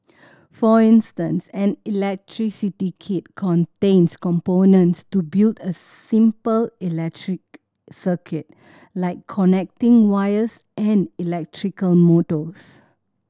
for instance an electricity kit contains components to build a simple electric circuit like connecting wires and electrical motors